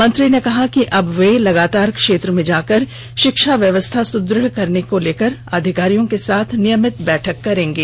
मंत्री ने कहा कि अब मैं खुद लगातार क्षेत्र में जाकर शिक्षा व्यवस्था सुद्रढ़ करने को ले अधिकारियों के साथ नियमित बैठक करेंगे